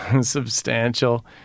substantial